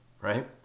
right